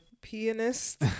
pianist